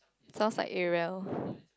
sounds like Adriel